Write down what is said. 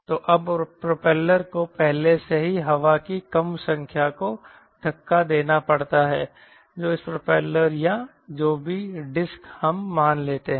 तो अब प्रोपेलर को पहले से ही हवा की कम संख्या को धक्का देना पड़ता है जो इस प्रोपेलर या जो भी डिस्क हम मान लेते हैं